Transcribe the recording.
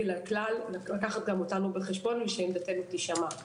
אל הכלל ולקחת גם אותנו בחשבון ושעמדתנו תישמע.